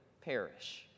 perish